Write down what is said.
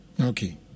Okay